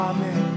Amen